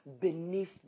beneath